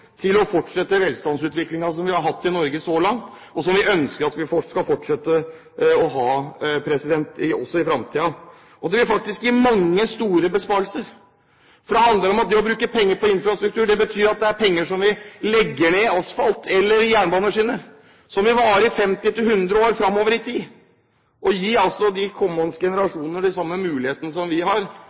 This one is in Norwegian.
til å fortsette velstandsutviklingen som vi har hatt i Norge så langt, og som vi ønsker at vi skal fortsette å ha også i fremtiden. Det vil faktisk gi mange store besparelser. Det handler om at å bruke penger på infrastruktur betyr at vi legger ned penger i asfalt eller i jernbaneskinner, som vil vare i 50 til 100 år fremover i tid, og som vil gi de kommende generasjoner de samme mulighetene vi har,